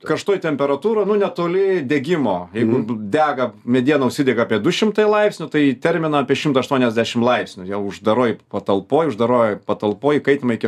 karštoj temperatūra nu netoli degimo jeigu dega mediena užsidega apie du šimtai laipsnių tai terminą apie šimtą aštuoniadešim laipsnių jau uždaroj patalpoj uždaroj patalpoj įkaitinama iki